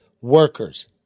workers